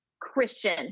christian